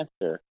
answer